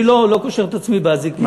אני לא קושר את עצמי באזיקים.